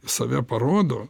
save parodo